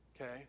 Okay